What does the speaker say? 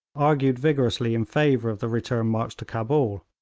argued vigorously in favour of the return march to cabul.